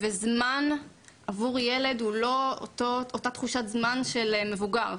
זמן עבור ילד הוא לא אותה תחושת זמן של מבוגר.